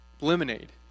lemonade